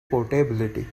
portability